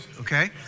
okay